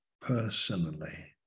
personally